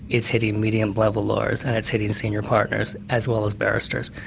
it's hitting medium-level lawyers and it's hitting senior partners, as well as barristers.